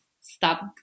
stop